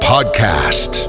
podcast